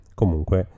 comunque